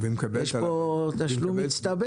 יש פה תשלום מצטבר.